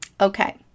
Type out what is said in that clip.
Okay